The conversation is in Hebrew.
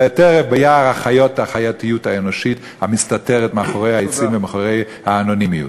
בטרף ביער החייתיות האנושית המסתתרת מאחורי העצים ומאחורי האנונימיות.